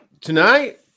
tonight